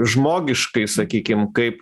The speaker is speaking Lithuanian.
žmogiškai sakykim kaip